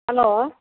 hello